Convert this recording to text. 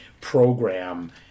program